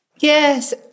Yes